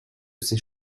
ses